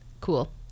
cool